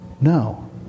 no